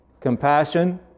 compassion